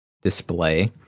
display